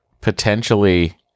potentially